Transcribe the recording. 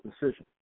decision